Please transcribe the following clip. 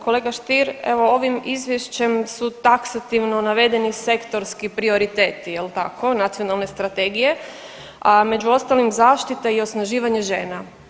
Kolege Stier, evo ovim izvješćem su taksativno navedeni sektorski prioriteti jel tako nacionalne strategije, a među ostalim zaštita i osnaživanje žena.